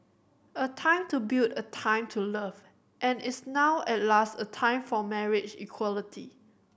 a time to build a time to love and is now at last a time for marriage equality